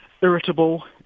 irritable